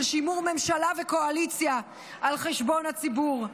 שימור ממשלה וקואליציה על חשבון הציבור.